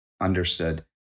Understood